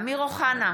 אמיר אוחנה,